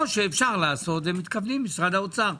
או אפשר ומתכוון משרד האוצר,